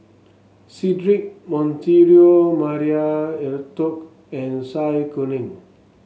Cedric Monteiro Maria Hertogh and Zai Kuning